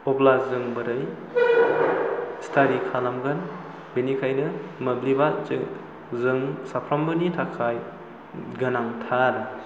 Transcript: अब्ला जों बोरै स्टाडि खालामगोन बेनिखायनो मोब्लिबा जों साफ्रोमबोनि थाखाय गोनांथार